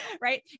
right